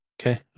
Okay